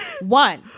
One